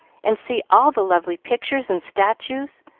and see all the lovely pictures and statues,